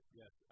yes